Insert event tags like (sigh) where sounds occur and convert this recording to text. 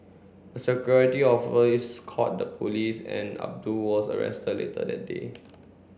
a security (unintelligible) called the police and Abdul was arrested later that day